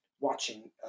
Watching